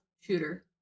shooter